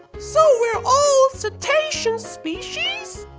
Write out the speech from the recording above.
so we're all cetacean species?